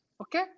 Okay